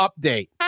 update